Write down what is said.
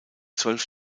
zwölf